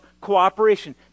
cooperation